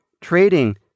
trading